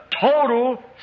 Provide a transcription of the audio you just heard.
total